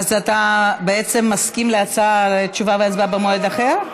אז אתה בעצם מסכים לתשובה והצבעה במועד אחר?